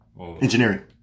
engineering